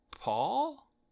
paul